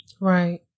Right